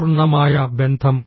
പൂർണ്ണമായ ബന്ധം